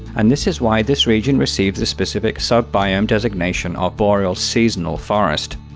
and this is why this region receives the specific sub-biome designation of boreal seasonal forest.